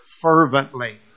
fervently